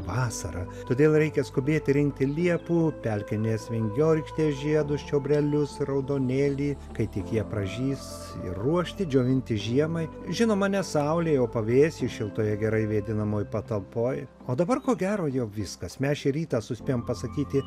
vasara todėl reikia skubėti rinkti liepų pelkinės vingiorykštės žiedus čiobrelius raudonėlį kai tik jie pražys ir ruošti džiovinti žiemai žinoma ne saulėj o pavėsy šiltoje gerai vėdinamoj patalpoj o dabar ko gero jau viskas mes šį rytą suspėjom pasakyti